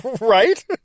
Right